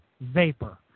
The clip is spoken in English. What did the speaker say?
vapor